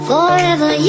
Forever